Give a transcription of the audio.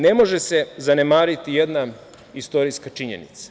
Ne može se zanemariti jedna istorijska činjenica.